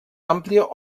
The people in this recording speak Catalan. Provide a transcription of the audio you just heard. àmplia